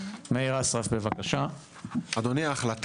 תודה רבה.